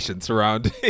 surrounding